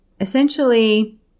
essentially